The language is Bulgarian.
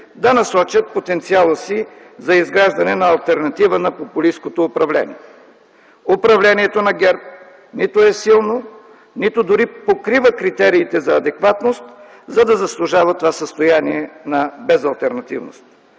да насочат потенциала си за изграждане на алтернатива на популисткото управление. Управлението на ГЕРБ нито е силно, нито дори покрива критериите за адекватност, за да заслужава това състояние на безалтернативност.